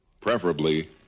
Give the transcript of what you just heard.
preferably